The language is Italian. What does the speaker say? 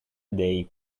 dei